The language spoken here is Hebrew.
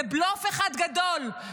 זה בלוף אחד גדול.